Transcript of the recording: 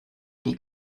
die